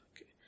Okay